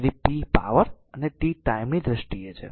તેથી p power અને t time ની દ્રષ્ટિએ છે